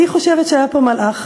אני חושבת שהיה פה מלאך.